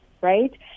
right